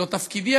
לא תפקידי,